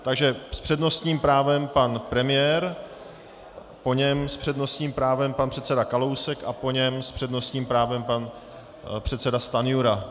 Takže s přednostním právem pan premiér, po něm s přednostním právem pan předseda Kalousek a po něm s přednostním právem pan předseda Stanjura.